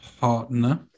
partner